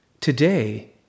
Today